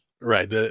Right